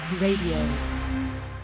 Radio